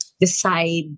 decide